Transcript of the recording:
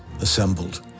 assembled